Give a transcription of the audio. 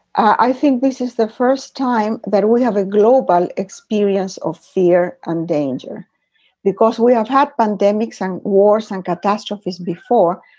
i think this is the first time that we have a global experience of fear and danger because we have had pandemics and wars and catastrophes before.